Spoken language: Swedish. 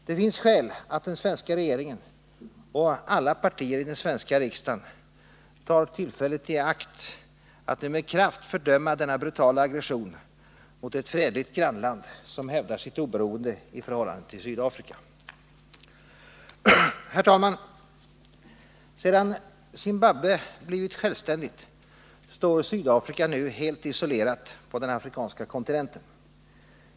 Det finns skäl att den svenska regeringen och alla partier i den svenska riksdagen tar tillfället i akt att med kraft fördöma denna brutala aggression mot ett fredligt grannland som hävdar sitt oberoende i förhållande till Sydafrika. Herr talman! Sedan Zimbabwe blivit självständigt står Sydafrika nu helt isolerat på den afrikanska kontinenten.